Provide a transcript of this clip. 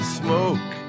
smoke